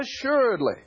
assuredly